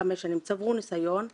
נסענו ללונדון,